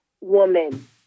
woman